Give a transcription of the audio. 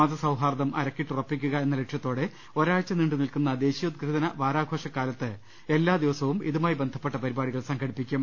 മതസൌഹാർദ്ദം അരക്കിട്ടുറപ്പിക്കുക എന്ന ലക്ഷ്യ ത്തോടെ ഒരാഴ്ച നീണ്ടുനിൽക്കുന്ന ദേശീയോദ്ഗ്രഥന വാരാഘോഷ കാലത്ത് എല്ലാ ദിവസവും ഇതുമായി ബന്ധപ്പെട്ട പരിപാടികൾ സംഘടിപ്പിക്കും